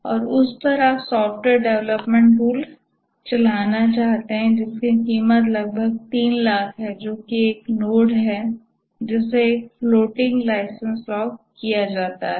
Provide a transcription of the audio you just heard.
और उस पर आप सॉफ्टवेयर डेवलपमेंट टूल चलाना चाहते हैं जिसकी कीमत लगभग 300000 है जो कि एक नोड है जिसे एक फ्लोटिंग लाइसेंस लॉक किया जाता है